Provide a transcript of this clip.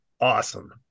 awesome